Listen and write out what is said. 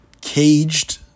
Caged